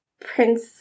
Prince